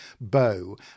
bow